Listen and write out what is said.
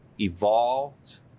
evolved